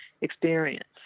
experience